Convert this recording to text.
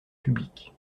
public